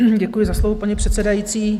Děkuji za slovo, paní předsedající.